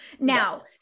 now